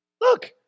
Look